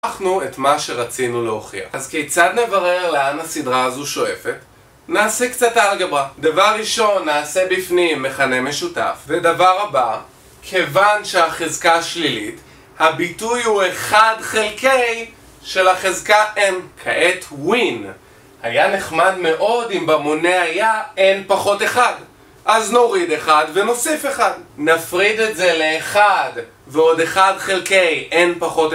הוכחנו את מה שרצינו להוכיח אז כיצד נברר לאן הסדרה הזו שואפת? נעשה קצת אלגברה דבר ראשון, נעשה בפנים מכנה משותף ודבר הבא, כיוון שהחזקה שלילית הביטוי הוא אחד חלקי של החזקה m כעת ווין היה נחמד מאוד אם במונה היה n פחות אחד אז נוריד אחד ונוסף אחד נפריד את זה לאחד ועוד אחד חלקי n פחות אחד